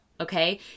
Okay